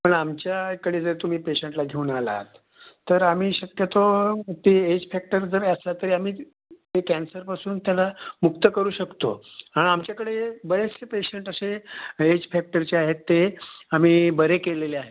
पण आमच्या इकडे जर तुम्ही पेशंटला घेऊन आलात तर आम्ही शक्यतो ते एज फॅक्टर जरी असला तरी आम्ही ते कॅन्सरपासून त्याला मुक्त करू शकतो आणि आमच्याकडे बरेचसे पेशंट असे एज फॅक्टरचे आहेत ते आम्ही बरे केलेले आहेत